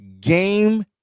game